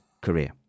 career